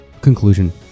Conclusion